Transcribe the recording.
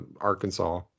Arkansas